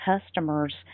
customers